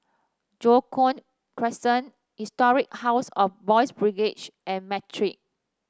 Joo Koon Crescent Historic House of Boys' Brigade and Matrix